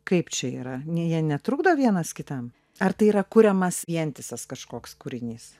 kaip čia yra ne jie netrukdo vienas kitam ar tai yra kuriamas vientisas kažkoks kūrinys